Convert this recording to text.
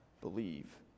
believe